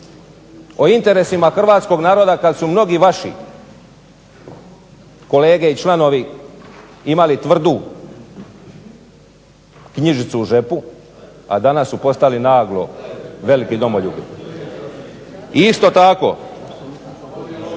o interesima hrvatskog naroda kad su mnogi vaši kolege i članovi imali tvrdu knjižicu u džepu, a danas su postali naglo veliki domoljubi. I isto tako,